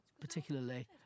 particularly